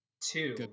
Two